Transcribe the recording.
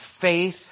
faith